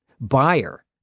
buyer